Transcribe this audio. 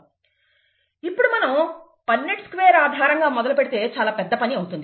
ఇప్పుడు మనం Punnett square ఆధారంగా మొదలుపెడితే చాలా పెద్ద పని అవుతుంది